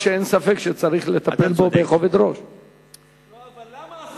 לאלימות שכולנו נכווים ממנה,